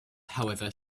however